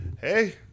hey